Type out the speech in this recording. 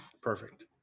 Perfect